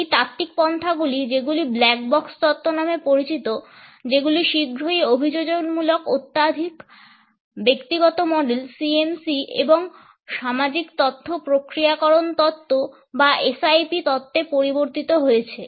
এই তাত্ত্বিক পন্থাগুলি যেগুলি 'black box'তত্ত্ব নামে পরিচিত যেগুলি শীঘ্রই অভিযোজনমূলক অত্যাধিক ব্যক্তিগত মডেল CMC এবং সামাজিক তথ্য প্রক্রিয়াকরণ তত্ত্ব বা SIP তত্ত্বে পরিবর্তিত হয়েছে